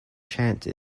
chance